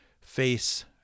face